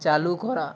চালু করা